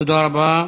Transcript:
תודה רבה.